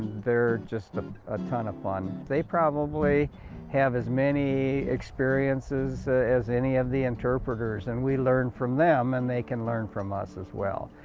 they're just a ton of fun. they probably have as many experiences as any of the interpreters. and we learn from them. and they can learn from us as well.